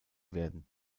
werden